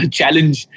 challenge